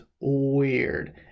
weird